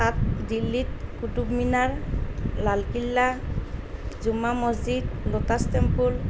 তাত দিল্লীত Qutub Minar Lal Qila Jumma Masjid Lotus temple